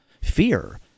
fear